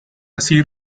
así